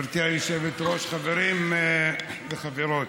גברתי היושבת-ראש, חברים וחברות,